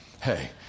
hey